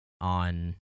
on